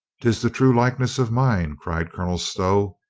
tis the true likeness of mine! cried colonel stow,